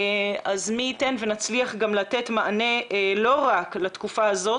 אז מי ייתן ונצליח גם לתת מענה לא רק לתקופה הזאת,